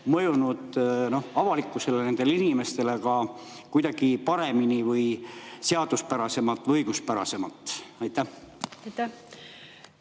mõjunud avalikkusele ja nendele inimestele ka kuidagi paremini või seaduspärasemalt, õiguspärasemalt. Tänan,